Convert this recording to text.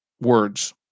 words